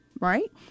right